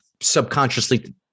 subconsciously